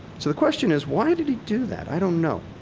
so the question is, why did he do that? i don't know.